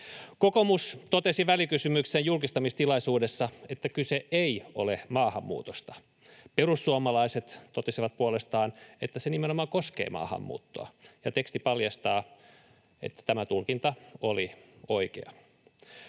Kokoomus totesi välikysymyksen julkistamistilaisuudessa, että kyse ei ole maahanmuutosta. Perussuomalaiset totesivat puolestaan, että se nimenomaan koskee maahanmuuttoa, ja teksti paljastaa, että tämä tulkinta oli oikea.